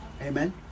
amen